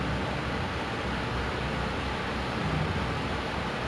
for sekolah uh that I'm not sure but the previous semester is like